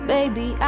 Baby